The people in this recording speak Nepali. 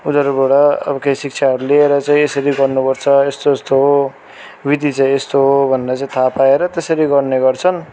उनीहरूबाट अब केही शिक्षाहरू लिएर चाहिँ यसरी गर्नुपर्छ यस्तो यस्तो हो विधि चाहिँ यस्तो हो भनेर चाहिँ थाहा पाएर त्यसरी गर्ने गर्छन्